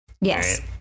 Yes